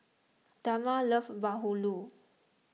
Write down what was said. Dagmar loves Bahulu